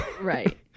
Right